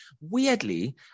Weirdly